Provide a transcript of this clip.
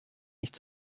nicht